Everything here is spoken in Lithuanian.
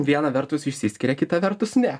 viena vertus išsiskiria kita vertus ne